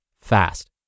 fast